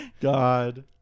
God